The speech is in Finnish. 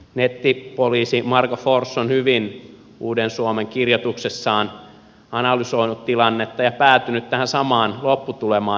nettipoliisi marko forss on hyvin uuden suomen kirjoituksessaan analysoinut tilannetta ja päätynyt tähän samaan lopputulemaan